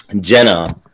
Jenna